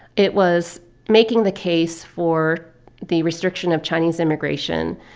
it was making the case for the restriction of chinese immigration.